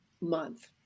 month